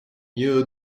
you